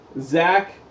Zach